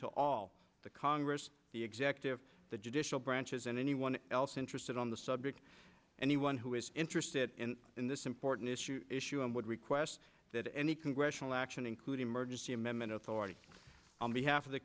to all the congress the executive the judicial branches and anyone else interested on the subject anyone who is interested in this important issue and would request that any congressional action including emergency amendment authority on behalf of the